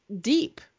deep